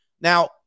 Now